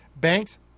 Banks